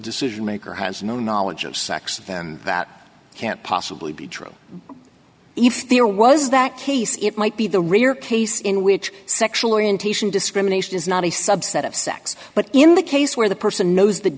decision maker has no knowledge of sex then that can't possibly if there was that case it might be the rare case in which sexual orientation discrimination is not a subset of sex but in the case where the person knows the